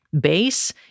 base